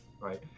Right